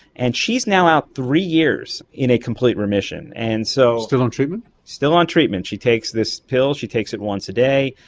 and she is now out three years in a complete remission. and so still on treatment? still on treatment, she takes this pill, she takes it once a day,